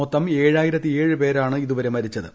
മൊത്തം ഏഴായിരത്തി ഏഴ് പേരാണ് ഇതുവരെ മരിച്ചത്